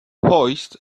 hoist